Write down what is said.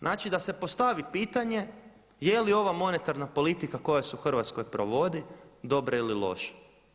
Znači da se postavi pitanje je li ova monetarna politika koja se u Hrvatskoj provodi dobra ili loša.